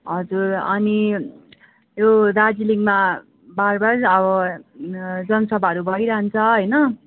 हजुर अनि यो दार्जिलिङमा बार बार अब जनसभाहरू भइरहन्छ होइन